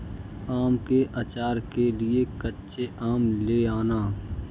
आम के आचार के लिए कच्चे आम ले आना